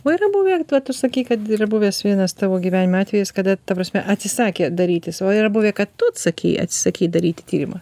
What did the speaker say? o yra buvę ką tu sakei kad yra buvęs vienas tavo gyvenime atvejis kada ta prasme atsisakė darytis o yra buvę kad tu atsakei atsisakei daryti tyrimą